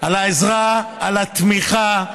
על העזרה, על התמיכה,